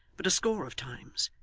but a score of times,